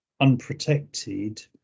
unprotected